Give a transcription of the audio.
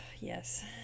Yes